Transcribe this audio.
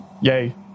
yay